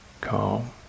calm